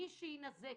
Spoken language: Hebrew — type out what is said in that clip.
מי שיינזק